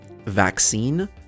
vaccine